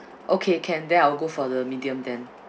okay can then I will go for the medium then